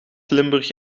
limburg